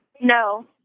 No